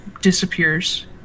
disappears